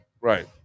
Right